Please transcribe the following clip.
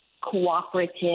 cooperative